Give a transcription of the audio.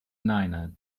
niner